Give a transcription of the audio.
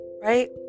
right